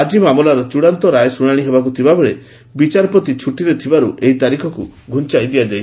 ଆଜି ମାମଲାର ଚଡ଼ାନ୍ତ ରାୟ ଶୁଣାଣି ହେବାକୁ ଥିବାବେଳେ ବିଚାରପତି ଛୁଟିରେ ଥିବାରୁ ଏହି ତାରିଖକୁ ଘୁଞ୍ଚାଇ ଦିଆଯାଇଛି